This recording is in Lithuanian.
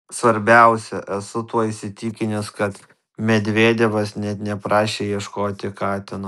svarbiausia esu tuo įsitikinęs kad medvedevas net neprašė ieškoti katino